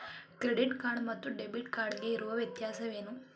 Credit card ಮತ್ತು debit card ಗೆ ಇರುವ ವ್ಯತ್ಯಾಸವೇನು?